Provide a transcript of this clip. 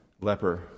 leper